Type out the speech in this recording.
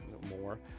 more